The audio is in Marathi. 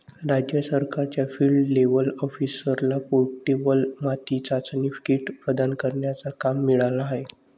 राज्य सरकारच्या फील्ड लेव्हल ऑफिसरला पोर्टेबल माती चाचणी किट प्रदान करण्याचा काम मिळाला आहे